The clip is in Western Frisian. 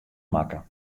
makke